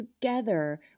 Together